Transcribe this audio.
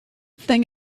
thing